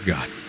God